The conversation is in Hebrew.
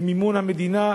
במימון המדינה,